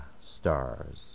Stars